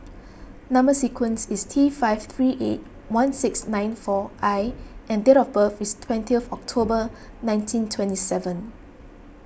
Number Sequence is T five three eight one six nine four I and date of birth is twenty of October nineteen twenty seven